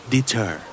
Deter